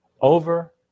over